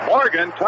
Morgan